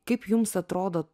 kaip jums atrodo